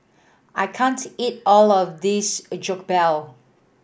I can't eat all of this Jokbal